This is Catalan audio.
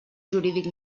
jurídic